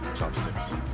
Chopsticks